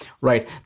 right